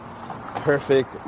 perfect